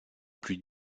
plus